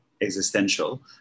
existential